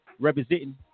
Representing